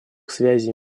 связей